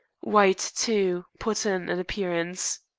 white, too, put in an appearance.